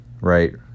right